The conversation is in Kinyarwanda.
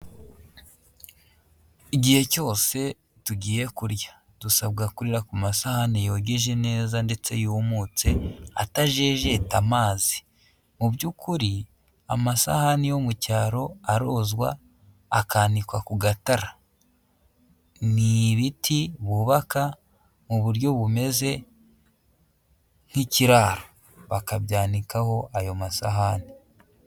Igihe cyose tugiye kurya. Dusabwa kurira ku masahani yogeje neza ndetse yumutse, atajejeta amazi. Mu by'ukuri amasahani yo mu cyaro arozwa, akanikwa ku gatara. Ni ibiti bubaka mu buryo bumeze nk'ikiraro. Bakabyanikaho ayo masahani.